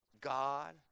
god